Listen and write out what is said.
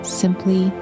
simply